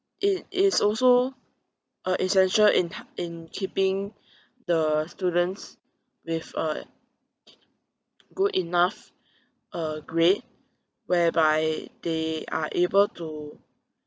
it is also uh essential in h~ in keeping the students with a good enough uh grade whereby they are able to